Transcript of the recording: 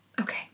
Okay